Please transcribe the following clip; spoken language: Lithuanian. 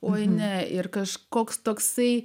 oi ne ir kažkoks toksai